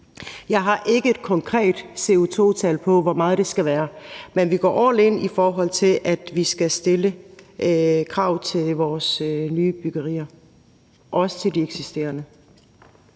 Jeg har ikke et konkret CO2-tal på, hvor meget det skal være, men vi går all in, i forhold til at vi skal stille krav til vores nye byggerier – og også til de eksisterende.